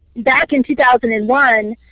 back in two thousand and one,